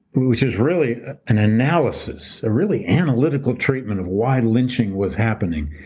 which is really an analysis, a really analytical treatment of why lynching was happening,